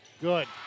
good